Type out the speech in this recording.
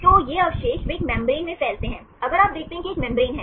तो ये अवशेष वे एक मेम्ब्रेन में फैलते हैं अगर आप देखते हैं कि एक मेम्ब्रेन है